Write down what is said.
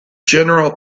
general